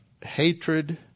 hatred